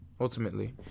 ultimately